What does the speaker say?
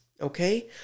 okay